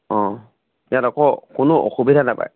অ' ইয়াত একো কোনো অসুবিধা নাপায়